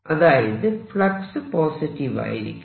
അതായത് flux positive ആയിരിക്കും